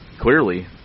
Clearly